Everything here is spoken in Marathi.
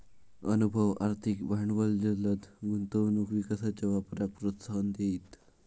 अनुभव, आर्थिक भांडवल जलद गुंतवणूक विकासाच्या वापराक प्रोत्साहन देईत